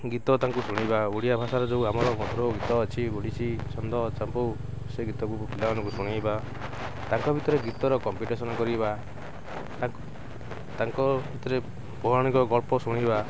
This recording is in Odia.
ଗୀତ ତାଙ୍କୁ ଶୁଣିବା ଓଡ଼ିଆ ଭାଷାର ଯେଉଁ ଆମର ମଧୁର ଗୀତ ଅଛି ଓଡ଼ିଶୀ ଚନ୍ଦ ଚମ୍ପୁ ସେ ଗୀତକୁ ପିଲାମାନଙ୍କୁ ଶୁଣାଇବା ତାଙ୍କ ଭିତରେ ଗୀତର କମ୍ପିଟିସନ୍ କରିବା ତାଙ୍କ ଭିତରେ ପୌରାଣିକ ଗଳ୍ପ ଶୁଣିବା